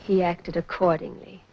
he acted accordingly